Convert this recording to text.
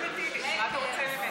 מה אתה רוצה ממני?